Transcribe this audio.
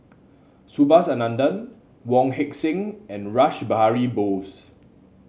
Subhas Anandan Wong Heck Sing and Rash Behari Bose